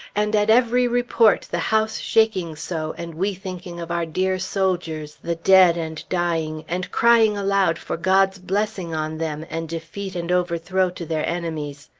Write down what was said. and at every report the house shaking so, and we thinking of our dear soldiers, the dead and dying, and crying aloud for god's blessing on them, and defeat and overthrow to their enemies.